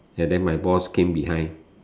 and then my boss came behind